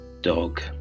dog